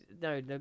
no